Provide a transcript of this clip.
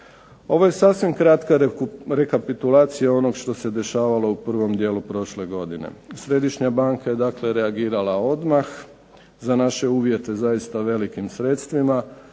Ovo je sasvim kratka rekapitulacija onog što se dešavalo u prvom dijelu prošle godine. Središnja banka je dakle reagirala odmah za naše uvjete zaista velikim sredstvima